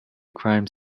crime